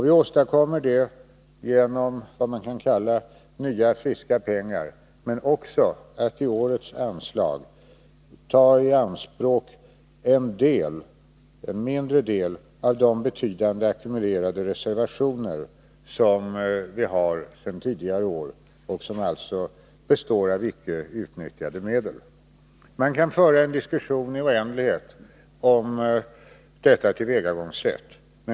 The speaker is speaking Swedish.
Vi åstadkommer det genom vad man kan kalla nya, friska pengar, men också genom att i årets anslag ta i anspråk en mindre del av de betydande ackumulerade reservationer som vi har sedan tidigare år, som alltså består av icke utnyttjade medel. Man kan föra en diskussion i oändlighet om detta tillvägagångssätt.